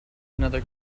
another